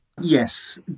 Yes